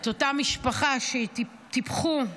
את אותה משפחה שטיפחו,